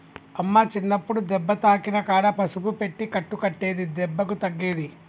అమ్మ చిన్నప్పుడు దెబ్బ తాకిన కాడ పసుపు పెట్టి కట్టు కట్టేది దెబ్బకు తగ్గేది